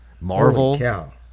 Marvel